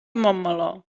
montmeló